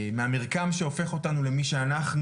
מהמרקם שהופך אותנו למי שאנחנו.